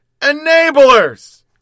enablers